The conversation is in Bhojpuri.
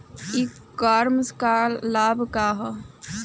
ई कॉमर्स क का लाभ ह?